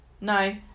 No